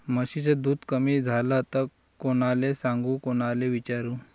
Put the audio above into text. म्हशीचं दूध कमी झालं त कोनाले सांगू कोनाले विचारू?